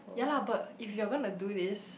ya lah but if you are gonna do this